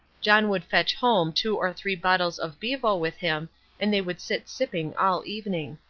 john would fetch home two or three bottles of bevo with him and they would sit sipping all evening.